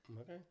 Okay